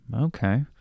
Okay